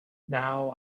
now